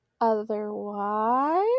Otherwise